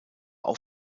auf